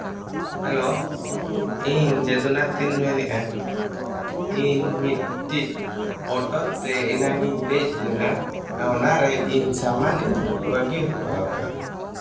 hello ᱤᱧ ᱡᱚᱫᱩᱱᱟᱛᱷ ᱤᱧ ᱢᱮᱱᱮᱫᱼᱟ ᱤᱧ ᱢᱤᱫᱴᱮᱱ ᱚᱴᱳᱛᱮ ᱮᱱᱟᱝ ᱤᱧ ᱫᱮᱡᱽ ᱞᱮᱱᱟ ᱟᱨ ᱚᱱᱟᱨᱮ ᱤᱧ ᱥᱟᱢᱟᱱ ᱤᱧ ᱵᱟᱹᱜᱤ ᱦᱚᱴᱚ ᱟᱠᱟᱫᱼᱟ